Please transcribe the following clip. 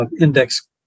index